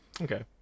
Okay